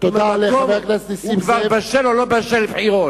הוא כבר בשל או לא בשל לבחירות.